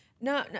No